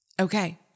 Okay